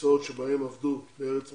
במקצועות בהם עבדו בארץ מוצאם,